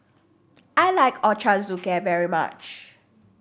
I like Ochazuke very much